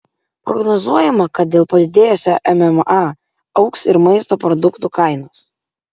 prognozuojama kad dėl padidėjusio mma augs ir maisto produktų kainos